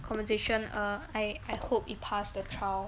conversation I I hope it passed the trial